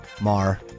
Mar